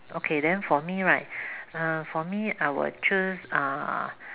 okay then for me right uh for me I will choose uh